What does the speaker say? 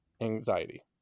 anxiety